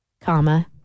comma